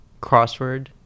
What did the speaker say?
crossword